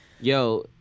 Yo